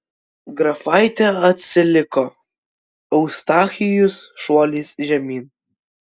grafaitė atsiliko eustachijus šuoliais žemyn